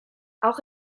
auch